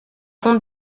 comtes